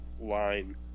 line